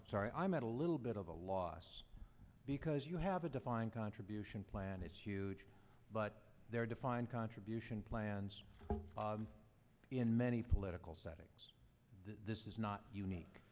i'm sorry i'm at a little bit of a loss because you have a defined contribution plan it's huge but there are defined contribution plans in many political settings this is not unique